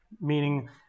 meaning